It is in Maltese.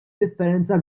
differenza